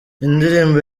indirimbo